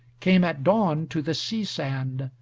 came at dawn to the sea sand,